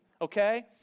okay